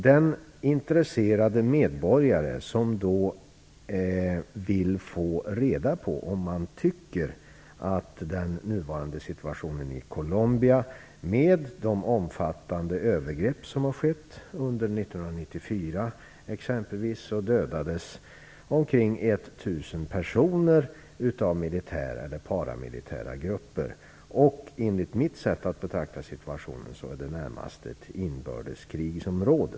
Det är omöjligt för den intresserade medborgaren att få reda på vad man tycker om den nuvarande situationen i Colombia med de omfattande övergrepp som har skett. Under 1994 dödades exempelvis omkring 1 000 personer av militära eller paramilitära grupper. Enligt mitt sätt att betrakta situationen är det närmast ett inbördeskrigsområde.